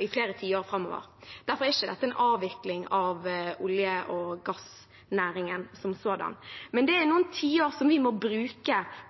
i flere tiår framover. Derfor er ikke dette en avvikling av olje- og gassnæringen som sådan. Men det er noen tiår vi må bruke